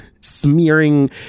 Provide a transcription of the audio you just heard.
smearing